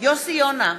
יוסי יונה,